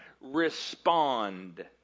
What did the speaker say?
respond